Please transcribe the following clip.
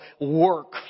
Work